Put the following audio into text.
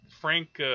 Frank